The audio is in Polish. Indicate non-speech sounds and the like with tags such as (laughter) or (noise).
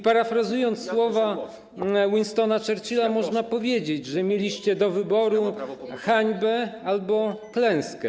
Parafrazując słowa Winstona Churchilla, można powiedzieć, że mieliście (noise) do wyboru hańbę albo klęskę.